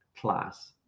class